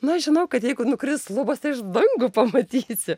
na aš žinau kad jeigu nukris lubos tai aš dangų pamatysiu